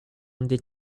only